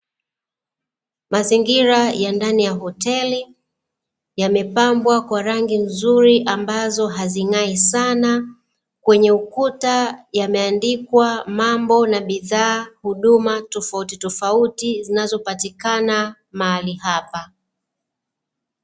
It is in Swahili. Mazingira ya ndani ya hoteli; yamepambwa kwa rangi nzuri, ambazo hazing’ai sana. Kwenye ukuta yameandikwa “MAMBO” pamoja na huduma zingine tofauti tofauti zinazopatikana mahali hapa.